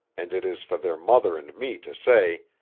and it is for their mother and me to say,